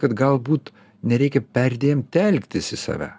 kad galbūt nereikia perdėm telktis į save